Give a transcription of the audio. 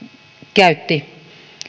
käytti